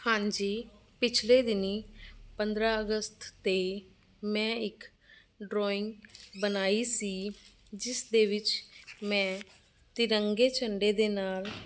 ਹਾਂਜੀ ਪਿਛਲੇ ਦਿਨੀ ਪੰਦਰਾਂ ਅਗਸਤ 'ਤੇ ਮੈਂ ਇੱਕ ਡਰਾਇੰਗ ਬਣਾਈ ਸੀ ਜਿਸ ਦੇ ਵਿੱਚ ਮੈਂ ਤਿਰੰਗੇ ਝੰਡੇ ਦੇ ਨਾਲ